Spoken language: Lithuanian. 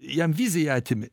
jam viziją atimi